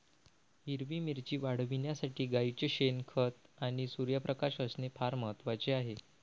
हिरवी मिरची वाढविण्यासाठी गाईचे शेण, खत आणि सूर्यप्रकाश असणे फार महत्वाचे आहे